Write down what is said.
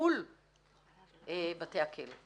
ניהול בתי הכלא.